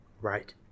Right